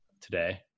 today